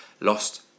lost